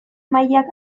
mailak